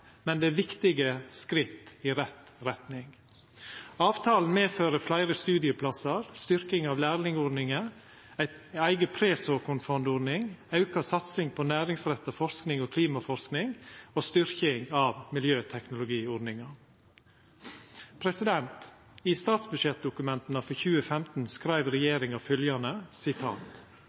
men det er viktige skritt i rett retning. Avtalen fører til fleire studieplassar, styrking av lærlingordninga, ei eiga presåkornfondordning, auka satsing på næringsretta forsking og klimaforsking og styrking av miljøteknologiordninga. I statsbudsjettdokumenta for 2015 skreiv regjeringa